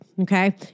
okay